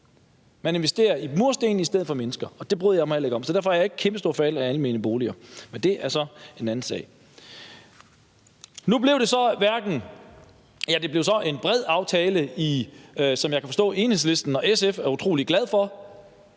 Man investerer i mursten i stedet for i mennesker, og det bryder jeg mig heller ikke om. Så derfor er jeg ikke kæmpestor fan af almene boliger. Men det er så en anden sag. Nu blev det så en bred aftale, som jeg kan forstå at Enhedslisten og SF er utrolig glade for.